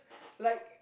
like